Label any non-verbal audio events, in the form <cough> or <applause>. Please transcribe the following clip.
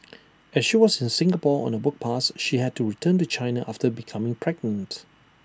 <noise> as she was in Singapore on A work pass she had to return to China after becoming pregnant